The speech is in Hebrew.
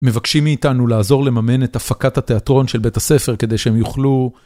מבקשים מאיתנו לעזור לממן את הפקת התיאטרון של בית הספר כדי שהם יוכלו...